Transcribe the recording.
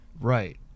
right